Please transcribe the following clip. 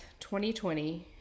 2020